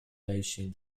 dacian